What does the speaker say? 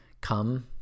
Come